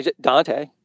Dante